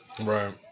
Right